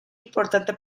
importante